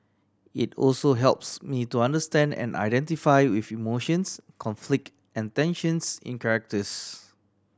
it also helps me to understand and identify with emotions conflict and tensions in characters